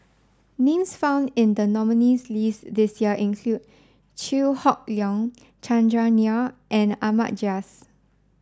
names found in the nominees' list this year include Chew Hock Leong Chandran Nair and Ahmad Jais